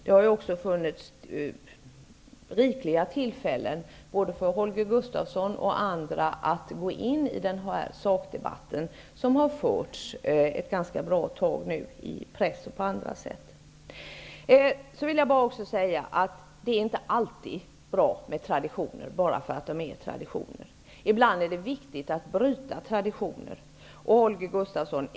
Det har ju också funnits rikliga tillfällen för Holger Gustafsson och andra att gå in i den sakdebatt som nu förts ett bra tag i press och på andra sätt. Det är inte alltid bra med traditioner bara för att de är traditioner. Ibland är det viktigt att bryta traditioner.